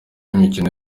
imikino